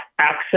access